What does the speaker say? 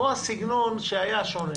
פה הסגנון שהיה שונה.